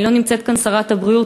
לא נמצאת כאן שרת הבריאות,